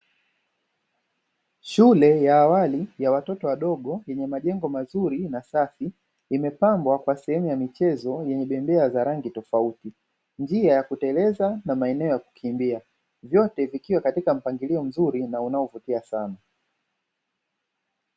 Shule ya awali ya watoto wadogo yenye majengo mazuri na safi imepambwa kwa sehemu ya michezo yenye bembea zenye rangi tofauti, njia za kuteleneza na maeneo ya kukimbia vyote vikiwa katika mpangilio mzuri na unaovutia sana.